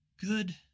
good